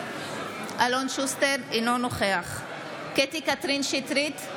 אינו נוכח קטי קטרין שטרית,